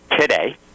today